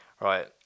Right